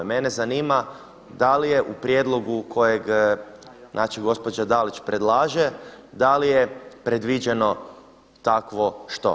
Mene zanima da li je u prijedlogu kojeg znači gospođa Dalić predlaže da li je predviđeno takvo što?